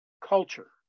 culture